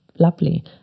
Lovely